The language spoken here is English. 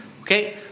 Okay